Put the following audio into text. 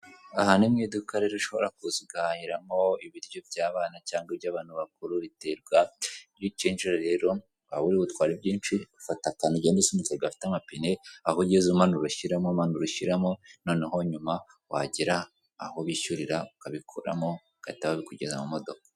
Aha ni mu iduka rero ushobora kuza ugahahiramo ibiryo by'abana cyangwa iby'abantu bakuru biterwa, iyo ukinjira rero waba uri butware byinshi ufata akantu ugenda usunika gafite amapine, aho ugeze umanura ushyiramo, umanura ushyiramo, noneho nyuma wagera aho bishyurira ukabikuramo, bagahita babikujyanira mu modoka.